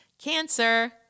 Cancer